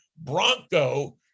Bronco